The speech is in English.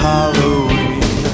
Halloween